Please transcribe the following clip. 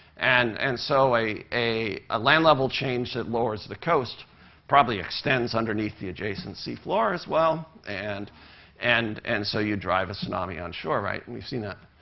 and and so a a land level change that lowers the coast probably extends underneath the adjacent sea floors. well and and and so you drive a tsunami on shore, right, and we've seen that.